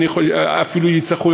ואפילו יצטרכו,